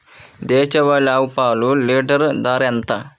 దేశవాలీ ఆవు పాలు లీటరు ధర ఎంత?